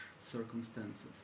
circumstances